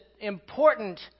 important